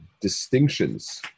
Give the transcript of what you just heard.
distinctions